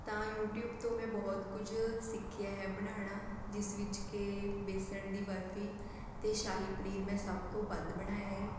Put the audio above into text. ਤਾਂ ਯੂਟਿਊਬ ਤੋਂ ਮੈਂ ਬਹੁਤ ਕੁਝ ਸਿੱਖਿਆ ਹੈ ਬਣਾਉਣਾ ਜਿਸ ਵਿੱਚ ਕਿ ਬੇਸਣ ਦੀ ਬਰਫ਼ੀ ਅਤੇ ਸ਼ਾਹੀ ਪਨੀਰ ਮੈਂ ਸਭ ਤੋਂ ਵੱਧ ਬਣਾਇਆ ਏ